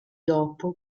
dopo